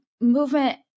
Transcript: movement